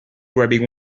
grabbing